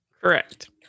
correct